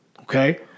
Okay